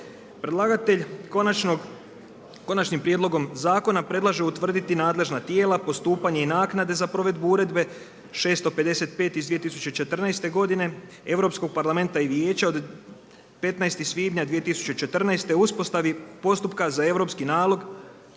Predlagatelj konačnim prijedlogom zakona predlaže utvrditi nadležna tijela, postupanje i naknade za provedbu Uredbe 655/2014 Europskog parlamenta i Vijeća od 15. svibnja 2014. o uspostavi postupka za europski nalog